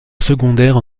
secondaire